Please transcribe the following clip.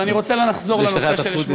אבל אני רוצה לחזור לנושא שלשמו התכנסנו.